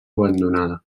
abandonada